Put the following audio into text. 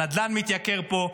הנדל"ן מתייקר פה,